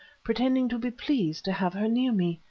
pretending to be pleased to have her near me.